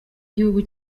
gihugu